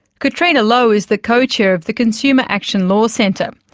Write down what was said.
catriona lowe is the co-chair of the consumer action law centre.